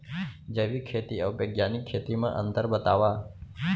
जैविक खेती अऊ बैग्यानिक खेती म अंतर बतावा?